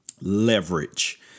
leverage